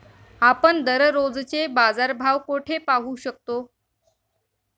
आपण दररोजचे बाजारभाव कोठे पाहू शकतो?